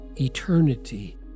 Eternity